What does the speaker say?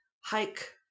hike